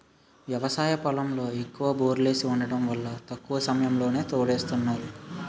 వ్యవసాయ పొలంలో ఎక్కువ బోర్లేసి వుండటం వల్ల తక్కువ సమయంలోనే తోడేస్తున్నారు